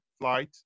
flight